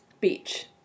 Beach